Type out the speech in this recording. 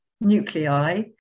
nuclei